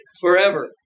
forever